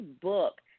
book